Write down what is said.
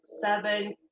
seven